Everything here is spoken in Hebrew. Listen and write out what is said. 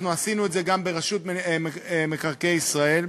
אנחנו עשינו את זה גם ברשות מקרקעי ישראל,